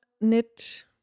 knit